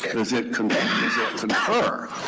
does it confer?